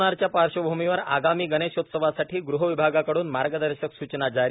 कोरोंनाच्या पार्श्वभूमीवर आगामी गणेशोउत्सवासाठी गृह विभागाकडून मार्गदर्शक सूचना जारी